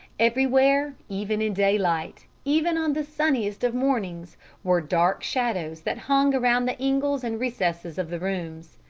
everywhere even in daylight, even on the sunniest of mornings were dark shadows that hung around the ingles and recesses of the rooms,